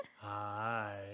Hi